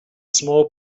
small